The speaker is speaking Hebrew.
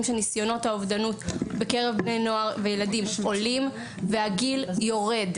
שניסיונות האובדנות בקרב בני נוער וילדים עולים והגיל יורד.